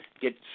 get